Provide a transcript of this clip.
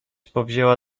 powzięła